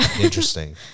interesting